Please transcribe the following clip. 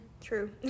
true